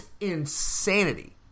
insanity